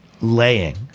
laying